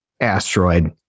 asteroid